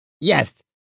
Yes